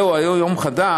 זהו, היום יום חדש,